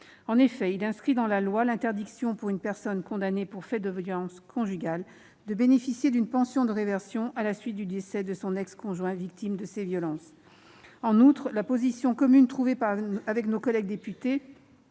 En effet, il inscrit dans la loi l'interdiction, pour une personne condamnée pour des faits de violences conjugales, de bénéficier d'une pension de réversion à la suite du décès de son ex-conjoint victime de ces violences. En outre, la position commune trouvée avec nos collègues députés,